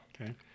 Okay